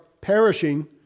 perishing